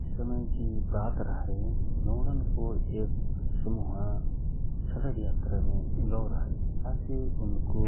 एक समय कि बात हए, लौडनको एक समुह सडक यात्रामे गौ रहए बा से उनको